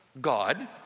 God